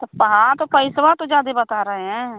तब तो हाँ तो पइसवा तो जादे बता रहे हैं